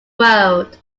world